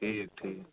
ٹھیٖک ٹھیٖک